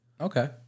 Okay